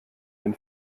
den